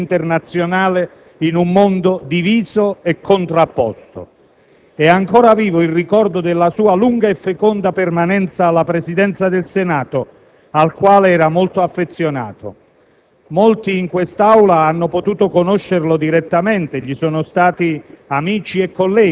e partecipazione, nonché per un'attiva presenza dell'Italia sull'orizzonte internazionale in un mondo diviso e contrapposto. È ancora vivo il ricordo della sua lunga e feconda permanenza alla Presidenza del Senato al quale era molto affezionato.